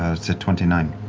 ah! it's a twenty nine.